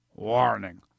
Warning